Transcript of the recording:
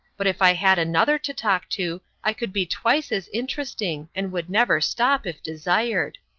but if i had another to talk to i could be twice as interesting, and would never stop, if desired.